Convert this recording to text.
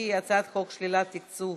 הצעת חוק שלילת תקצוב